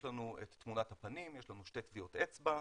יש לנו את תמונת הפנים, יש לנו שתי טביעות אצבע,